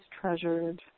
treasured